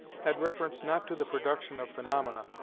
had reference not to the production of phaenomena,